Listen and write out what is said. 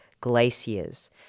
glaciers